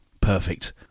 Perfect